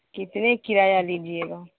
کتنے کرایہ لیجیے گا